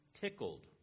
tickled